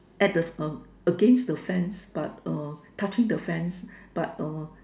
at the uh against the fence but uh touching the fence but uh